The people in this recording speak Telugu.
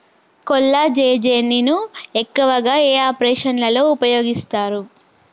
కొల్లాజెజేని ను ఎక్కువగా ఏ ఆపరేషన్లలో ఉపయోగిస్తారు?